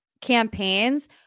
campaigns